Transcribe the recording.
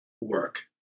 work